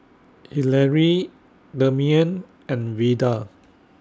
Hillary Demian and Veda